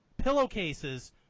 pillowcases